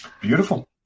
Beautiful